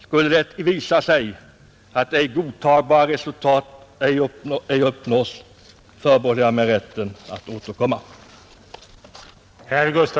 Skulle det visa sig att godtagbara resultat ej uppnås förbehåller jag mig rätten att återkomma.